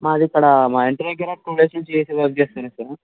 మాది ఇక్కడ మా ఇంటి దగ్గర టూ డేస్ నుంచి ఏసీ వర్క్ చేయలేదు సార్